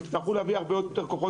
תצטרכו להביא לפה כוחות